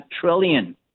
trillion